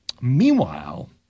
Meanwhile